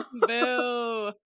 Boo